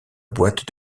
boîte